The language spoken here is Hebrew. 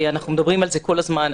אנחנו מדברים על זה כל הזמן.